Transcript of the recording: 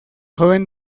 joven